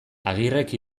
agirrek